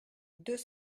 deux